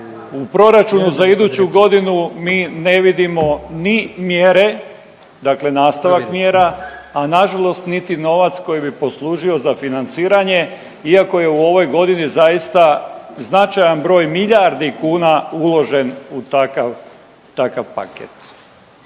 u proračunu za iduću godinu mi ne vidimo ni mjere, dakle nastavak mjera, a na žalost niti novac koji bi poslužio za financiranje iako je u ovoj godini zaista značajan broj milijardi kuna uložen u takav paket.